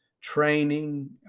training